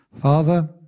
Father